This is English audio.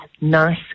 nice